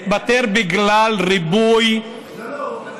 התפטר בגלל ריבוי, לא, לא.